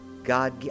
God